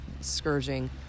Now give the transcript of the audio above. scourging